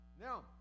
Now